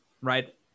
right